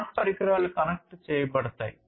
smart పరికరాలు connect చేయబడతాయి